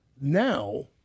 Now